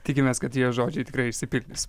tikimės kad tie žodžiai tikrai išsipildys